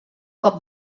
cop